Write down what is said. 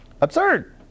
absurd